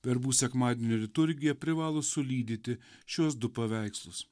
verbų sekmadienio liturgija privalo sulydyti šiuos du paveikslus